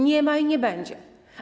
Nie ma i nie będzie.